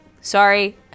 sorry